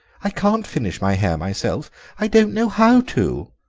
i can't finish my hair myself i don't know how to.